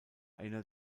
einer